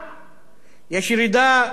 יש ירידה בהכנסות,